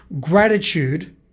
gratitude